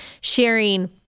sharing